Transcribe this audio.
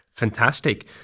Fantastic